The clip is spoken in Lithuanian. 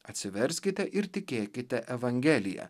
atsiverskite ir tikėkite evangelija